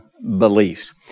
beliefs